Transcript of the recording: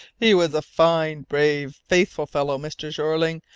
he was a fine, brave, faithful fellow, mr. jeorling,